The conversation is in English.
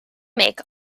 make